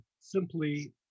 simply